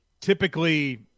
typically